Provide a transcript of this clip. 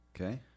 Okay